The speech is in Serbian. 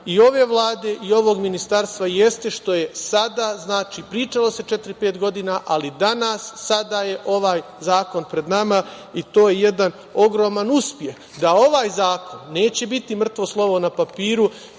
i ove Vlade i ovog Ministarstva jeste što je sada, znači, pričalo se četiri, pet godina, ali danas je ovaj zakon pred nama i to je jedan ogroman uspeh da ovaj zakon neće biti mrtvo slovo na papiru,